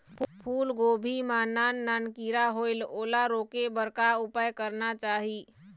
फूलगोभी मां नान नान किरा होयेल ओला रोके बर का उपाय करना चाही?